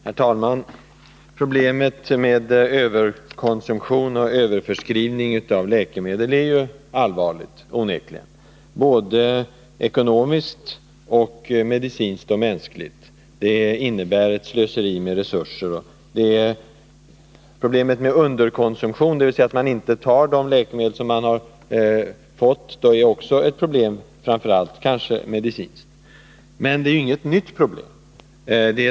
Herr talman! Problemet med överkonsumtion och överförskrivning av läkemedel är onekligen allvarligt, både ekonomiskt, medicinskt och mänskligt. Det innebär ett slöseri med resurser. Problemet med underkonsumtion, dvs. att man inte tar de läkemedel som man har fått, är också ett problem, kanske framför allt medicinskt. Men det är inga nya problem.